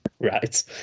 Right